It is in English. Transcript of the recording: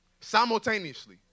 simultaneously